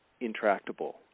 intractable